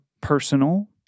personal